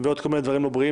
ועוד כמה דברים לא בריאים.